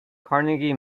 carnegie